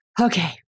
Okay